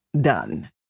done